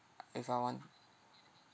if I want